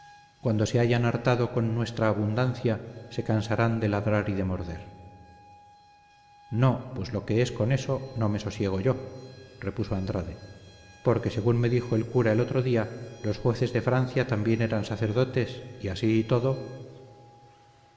cuando se hayan hartado con nuestra abundancia se cansarán de ladrar y de morder no pues lo que es con eso no me sosiego yo repuso andrade porque según me dijo el cura el otro día los jueces de francia también eran sacerdotes y así y todo